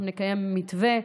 אנחנו נקיים מתווה,